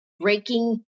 breaking